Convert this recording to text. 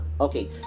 okay